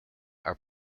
are